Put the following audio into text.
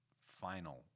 final